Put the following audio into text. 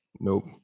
Nope